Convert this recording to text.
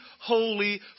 holy